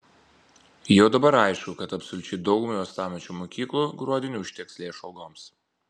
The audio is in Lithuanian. jau dabar aišku kad absoliučiai daugumai uostamiesčio mokyklų gruodį neužteks lėšų algoms